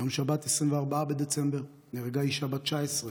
ביום שבת 24 בדצמבר נהרגה אישה בת 19,